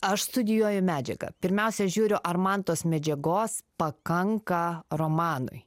aš studijuoju medžiagą pirmiausia žiūriu ar man tos medžiagos pakanka romanui